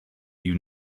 you